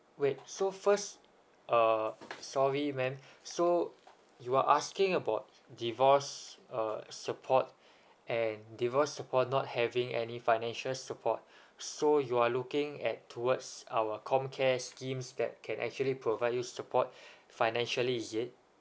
wait so first uh sorry mam so you are asking about divorce uh support and divorce support not having any financial support so you are looking at towards our comcare schemes that can actually provide you support financially is it